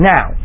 Now